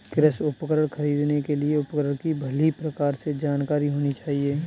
कृषि उपकरण खरीदने के लिए उपकरण की भली प्रकार से जानकारी होनी चाहिए